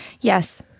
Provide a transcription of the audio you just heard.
Yes